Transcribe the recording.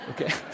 Okay